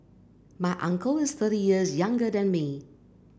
my uncle is thirty years younger than me